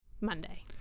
Monday